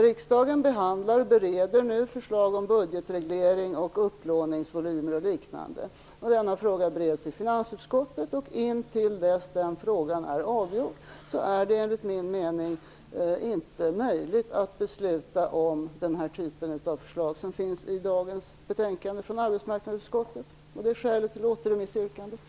Riksdagen bereder nu förslag om budgetreglering och upplåningsvolymer m.m. Denna fråga bereds i finansutskottet. Fram till dess att den frågan är avgjord är det enligt min mening inte möjligt att besluta om den typ av förslag som finns i dagens betänkande från arbetsmarknadsutskottet. Det är skälet till yrkandet om återremiss.